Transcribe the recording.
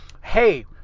hey